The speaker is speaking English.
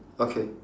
okay